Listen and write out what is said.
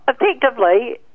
Effectively